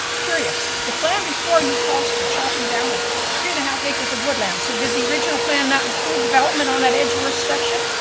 curious, the plan before you calls for chopping down of three and a half acres of woodlands, so did the original plan not include development on that edgeward section?